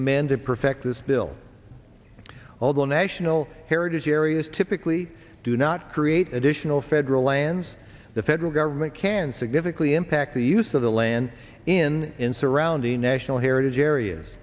amanda perfect this bill although national heritage areas typically do not create additional federal lands the federal government can significantly impact the use of the land in in surrounding national heritage areas